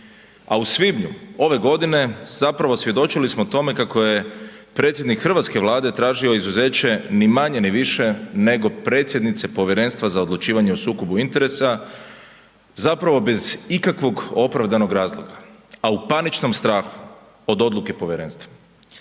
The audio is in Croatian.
a u svibnju ove godine svjedočili smo tome kako je predsjednik hrvatske Vlade tražio izuzeće ni manje ni više nego predsjednice Povjerenstva za odlučivanje o sukobu interesa bez ikakvog opravdanog razloga, a u paničnom strahu od odluke povjerenstva.